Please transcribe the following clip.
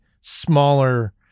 smaller